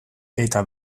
eta